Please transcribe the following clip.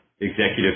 executive